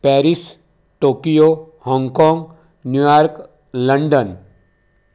Paris Tokyo Hong काँग New York London